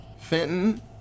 Fenton